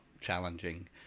challenging